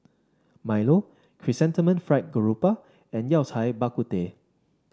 Milo Chrysanthemum Fried Garoupa and Yao Cai Bak Kut Teh